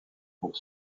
pour